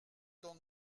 dans